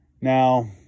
Now